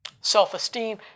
self-esteem